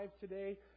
today